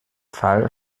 fall